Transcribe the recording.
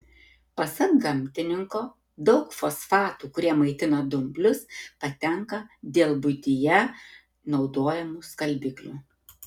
pasak gamtininko daug fosfatų kurie maitina dumblius patenka dėl buityje naudojamų skalbiklių